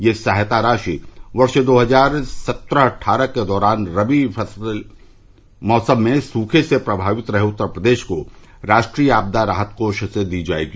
यह सहायता राशि वर्ष दो हजार सत्रह अट्ठारह के दौरान रबी मौसम में सूखे से प्रमावित रहे उत्तर प्रदेश को राष्ट्रीय आपदा राहत कोष से दी जाएगी